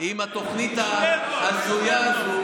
אם התוכנית ההזויה הזאת,